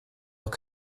doch